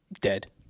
dead